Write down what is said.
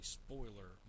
spoiler